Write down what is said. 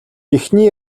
эхний